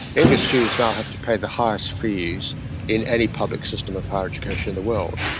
english students now have to pay the highest fees in any public system of higher education in the world.